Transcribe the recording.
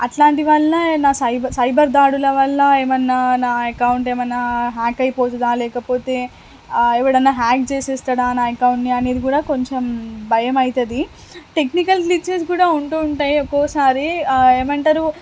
అట్లాంటి వల్ల సై సైబర్ దాడుల వల్ల ఏమన్నా నా అకౌంట్ ఏమన్నా హ్యాక్ అయిపోతుందా లేకపోతే ఎవడన్నా హ్యాక్ చేసేస్తాడా నా అకౌంట్ని అనేది కూడా కొంచెం భయమైతది టెక్నికల్ గ్లిచ్చెస్ కూడా ఉంటూ ఉంటాయి ఒక్కోసారి ఏమంటారు